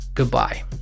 Goodbye